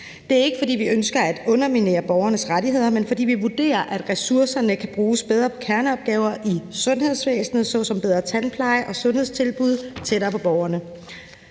Det er ikke, fordi vi ønsker at underminere borgernes rettigheder, men fordi vi vurderer, at ressourcerne kan bruges bedre på kerneopgaver i sundhedsvæsenet såsom bedre tandpleje og sundhedstilbud tættere på borgerne.